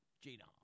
Gina